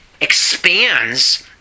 expands